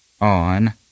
on